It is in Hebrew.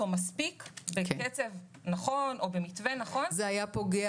מספיק בקצב נכון או במתווה נכון --- זה היה פוגע